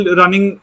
running